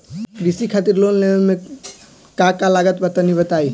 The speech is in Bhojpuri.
कृषि खातिर लोन लेवे मे का का लागत बा तनि बताईं?